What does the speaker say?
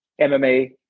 mma